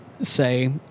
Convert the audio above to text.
say